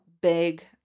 big